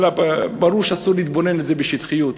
אלא ברור שאסור להתבונן בזה בשטחיות,